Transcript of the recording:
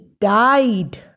died